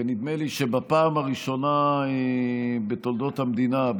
ונדמה לי שבפעם הראשונה בתולדות המדינה,